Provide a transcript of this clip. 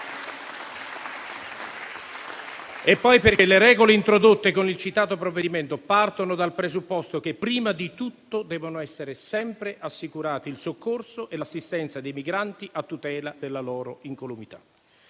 e poi perché le regole introdotte con il citato provvedimento partono dal presupposto che prima di tutto devono essere sempre assicurati il soccorso e l'assistenza dei migranti, a tutela della loro incolumità.